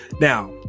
Now